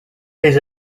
his